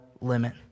limit